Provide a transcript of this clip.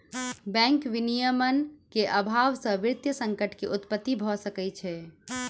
bank विनियमन के अभाव से वित्तीय संकट के उत्पत्ति भ सकै छै